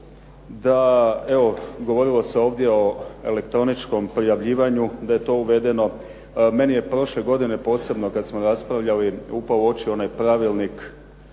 da evo govorilo se ovdje o elektroničkom prijavljivanju da je to uvedeno. Meni je prošle godine posebno kada smo raspravljali upao u oči onaj Pravilnik